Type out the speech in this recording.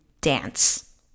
dance